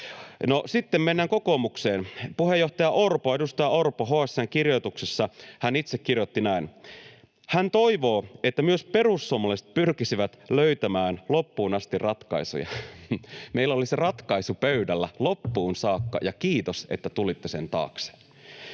Sitten mennään kokoomukseen. Puheenjohtaja, edustaja Orpo HS:n kirjoituksessa itse kirjoitti näin: ”Hän toivoo, että myös perussuomalaiset pyrkisivät löytämään loppuun asti ratkaisuja.” Meillä oli se ratkaisu pöydällä loppuun saakka, ja kiitos, että tulitte sen taakse.